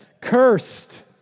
cursed